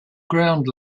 ground